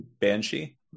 Banshee